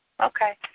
Okay